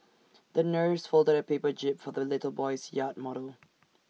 the nurse folded A paper jib for the little boy's yacht model